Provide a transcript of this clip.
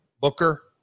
Booker